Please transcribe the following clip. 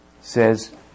says